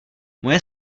moje